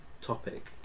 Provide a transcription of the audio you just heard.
topic